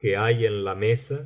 que hay en la mesa